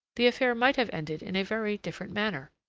the affair might have ended in a very different manner.